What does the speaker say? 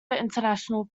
international